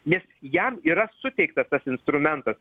nes jam yra suteiktas tas instrumentas